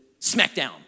smackdown